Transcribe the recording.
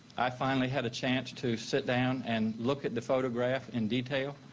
i finally had a chance to sit down and look at the photograph in detail.